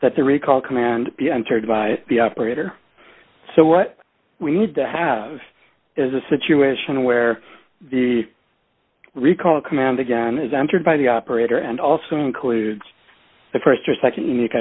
that the recall command be entered by the operator so what we need to have is a situation where the recall command again is entered by the operator and also includes the st or nd unique